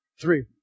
Three